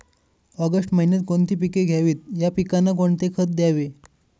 August महिन्यात कोणती पिके घ्यावीत? या पिकांना कोणते खत द्यावे?